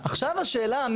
עכשיו השאלה,